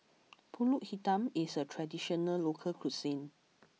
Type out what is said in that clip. Pulut Hitam is a traditional local cuisine